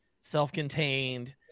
self-contained